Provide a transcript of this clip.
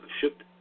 shipped